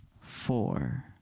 Four